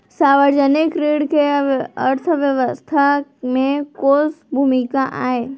सार्वजनिक ऋण के अर्थव्यवस्था में कोस भूमिका आय?